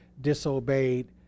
disobeyed